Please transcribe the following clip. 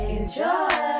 Enjoy